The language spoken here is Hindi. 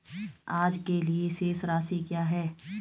आज के लिए शेष राशि क्या है?